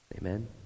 Amen